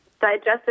digestive